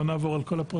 לא נעבור על כל הפרטים,